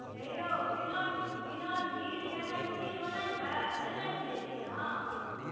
हे यौ बिना भीड़के खीर बनै छै से नहि बुझै छी अहाँ